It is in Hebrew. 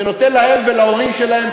שנותן להם ולהורים שלהם,